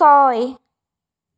ছয়